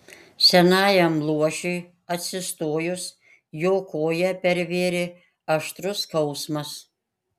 senajam luošiui atsistojus jo koją pervėrė aštrus skausmas